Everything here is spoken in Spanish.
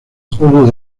julio